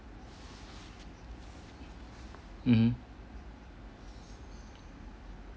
mmhmm